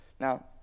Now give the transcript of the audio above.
Now